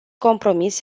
compromis